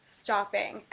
stopping